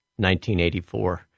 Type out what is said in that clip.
1984